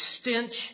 stench